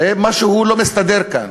הרי משהו לא מסתדר כאן.